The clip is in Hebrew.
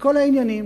לכל העניינים.